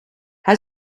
hij